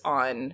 on